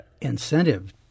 incentive